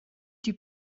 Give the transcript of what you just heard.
dyw